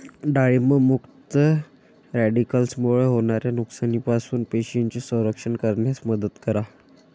डाळिंब मुक्त रॅडिकल्समुळे होणाऱ्या नुकसानापासून पेशींचे संरक्षण करण्यास मदत करतात